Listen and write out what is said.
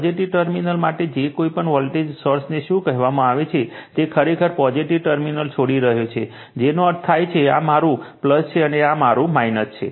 positive terminal માટે કે જે કોઈ પણ વોલ્ટેજ સોર્સને શું કહેવામાં આવે છે તે ખરેખર પોઝિટિવ ટર્મિનલ છોડી રહ્યો છે જેનો અર્થ થાય છે આ મારું છે અને પછી આ મારું છે